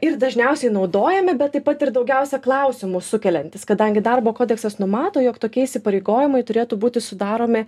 ir dažniausiai naudojami bet taip pat ir daugiausia klausimų sukeliantys kadangi darbo kodeksas numato jog tokie įsipareigojimai turėtų būti sudaromi